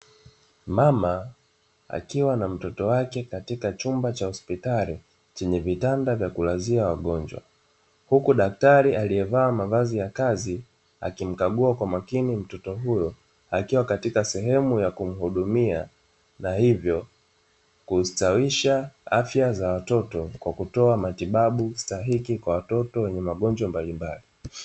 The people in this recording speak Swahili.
Mama akiwa na mtoto wake katika chumba cha hospitali chenye vitanda vya kulazia wagonjwa, huku daktari aliyevaa mavazi ya kazi akimkagua kwa makini mtoto huyo akiwa katika sehemu ya kumhudumia, na hivyo kustawisha afya za watoto kwa kutoa matibabu stahiki kwa watoto wenye magonjwa mbalimbali.